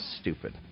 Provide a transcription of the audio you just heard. stupid